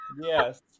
Yes